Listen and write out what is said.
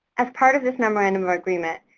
as part of this memorandum of agreement,